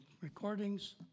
recordings